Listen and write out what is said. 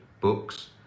books